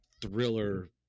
thriller